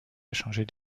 échanger